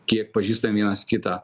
kiek pažįstam vienas kitą